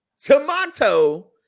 tomato